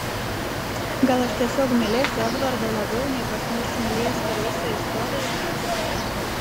gal aš tiesiog mylėsiu edvardą labiau nei kas nors mylėjęs per visą istoriją